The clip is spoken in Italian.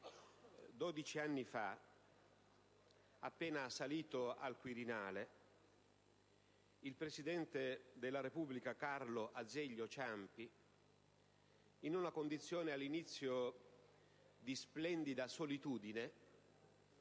12 anni fa, appena salito al Quirinale, il presidente della Repubblica Carlo Azeglio Ciampi, in una condizione all'inizio di splendida solitudine,